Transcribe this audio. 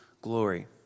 glory